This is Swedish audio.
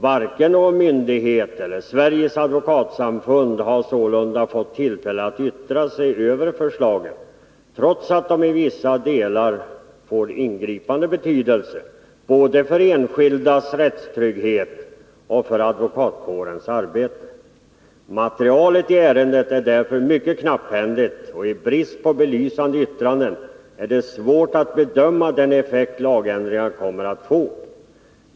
Varken någon myndighet eller Sveriges advokatsamfund har sålunda fått tillfälle att yttra sig över förslagen, trots att de i vissa delar får ingripande betydelse både för enskildas rättsskydd och för advokatkårens arbete. Materialet i ärendet är därför mycket knapphändigt, och i brist på belysande yttranden är det svårt att bedöma den effekt lagändringarna kommer att få.